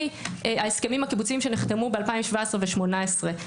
ההסכמים הקיבוציים שנחתמו ב-2017 ו-2018.